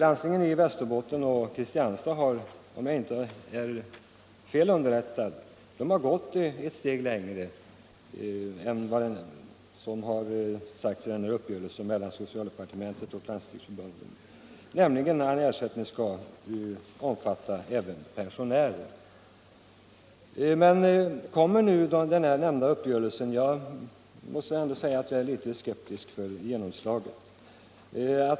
Landstingen i Västerbottens och Kristianstads län har, om jag inte är felaktigt underrättad, gått ett steg längre än vad som har sagts i den här uppgörelsen mellan socialdepartementet och Landstingsförbundet, nämligen att ersättningen skall omfatta även pensionärer. Men kommer nu den nämnda uppgörelsen att slå igenom i alla landsting?